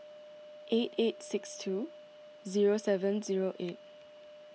eight eight six two zero seven zero eight